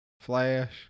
Flash